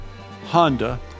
Honda